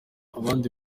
abandi